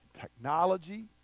technology